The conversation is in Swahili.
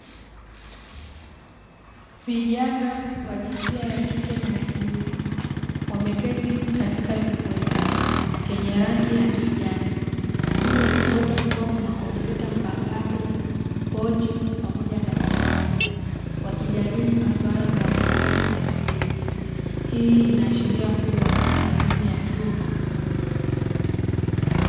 Vijana wa jinsia ya kike na kiume wameketi katika kimbweta chenye rangi ya kijani, juu ya kimbweta kukiwa na kompyuta mpakato, pochi pamoja na daftari, wakijadili maswala mbalimbali ya kielimu, hii inaashiria kuwa ni elimu ya chuo kikuu.